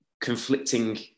conflicting